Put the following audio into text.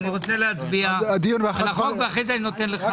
תבוא תשב יותר לידנו,